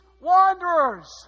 wanderers